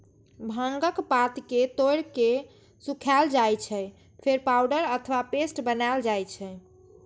भांगक पात कें तोड़ि के सुखाएल जाइ छै, फेर पाउडर अथवा पेस्ट बनाएल जाइ छै